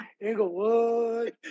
Inglewood